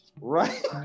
Right